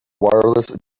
wireless